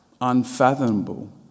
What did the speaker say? unfathomable